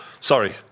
Sorry